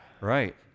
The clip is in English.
Right